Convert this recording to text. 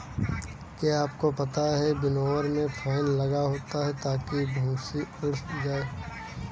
क्या आपको पता है विनोवर में फैन लगा होता है ताकि भूंसी उड़ जाए?